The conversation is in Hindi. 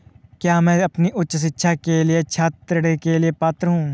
क्या मैं अपनी उच्च शिक्षा के लिए छात्र ऋण के लिए पात्र हूँ?